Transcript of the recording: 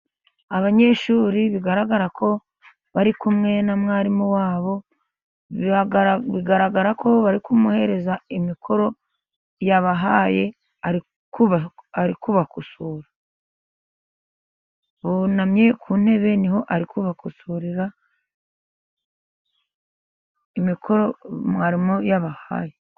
Abanyeshuri bigaragara ko bari kumwe na mwarimu wabo, bigaragara ko bari kumuhereza imikoro yabahaye, ari kubakosora. Bunamye ku ntebe, niho ari kubakosorera imikoro mwarimu yabahaye.